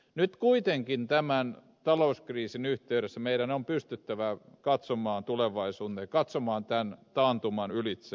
nyt kuitenkin tämän talouskriisin yhteydessä meidän on pystyttävä katsomaan tulevaisuuteen katsomaan tämän taantuman ylitse